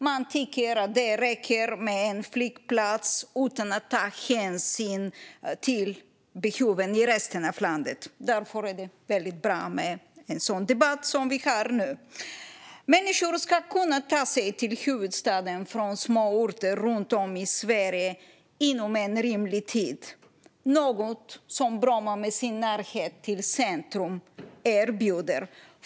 Man tycker att det räcker med en flygplats utan att ta hänsyn till behoven i resten av landet. Därför är det väldigt bra med en sådan debatt som vi har nu. Människor ska kunna ta sig till huvudstaden från små orter runt om i Sverige inom en rimlig tid. Det är något som Bromma med sin närhet till centrum erbjuder.